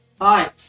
Hi